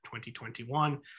2021